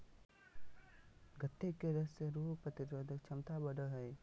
गन्ने के रस से रोग प्रतिरोधक क्षमता बढ़ो हइ